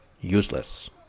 useless